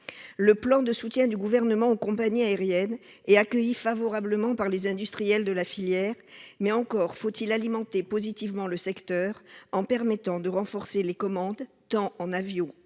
Le plan de soutien du Gouvernement aux compagnies aériennes est accueilli favorablement par les industriels de la filière. Mais encore faut-il alimenter positivement le secteur en permettant de renforcer les commandes, tant en avions